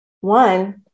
One